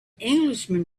englishman